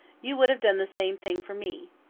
you would have done the same thing for me.